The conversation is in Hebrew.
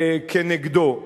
כנגדו.